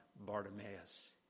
Bartimaeus